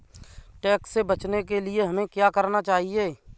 Tax से बचने के लिए हमें क्या करना चाहिए?